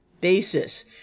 basis